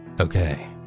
okay